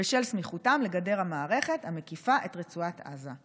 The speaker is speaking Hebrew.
בשל סמיכותם לגדר המערכת המקיפה את רצועת עזה".